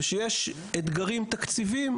וכשיש אתגרים תקציביים,